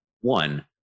one